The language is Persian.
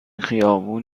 خیابان